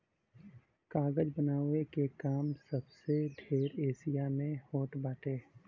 कागज बनावे के काम सबसे ढेर एशिया में होत बाटे